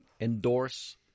endorse